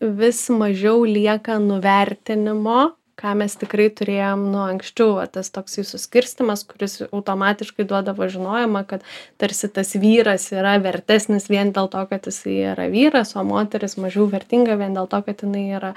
vis mažiau lieka nuvertinimo ką mes tikrai turėjom nu anksčiau va tas toksai suskirstymas kuris automatiškai duodavo žinojimą kad tarsi tas vyras yra vertesnis vien dėl to kad jisai yra vyras o moteris mažiau vertinga vien dėl to kad jinai yra